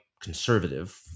conservative